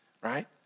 right